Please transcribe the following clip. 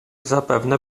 zapewne